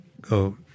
go